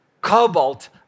cobalt